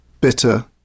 Bitter